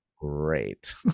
Great